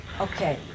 Okay